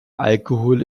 alkohol